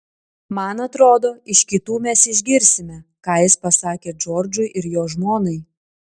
man atrodo iš kitų mes išgirsime ką jis pasakė džordžui ir jo žmonai